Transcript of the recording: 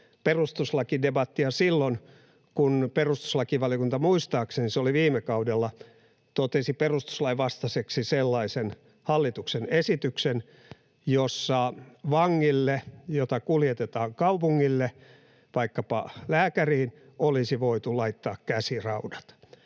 perustuslakidebattia silloin, kun perustuslakivaliokunta — muistaakseni se oli viime kaudella — totesi perustuslain vastaiseksi sellaisen hallituksen esityksen, jossa vangille, jota kuljetetaan kaupungille vaikkapa lääkäriin, olisi voitu laittaa käsiraudat.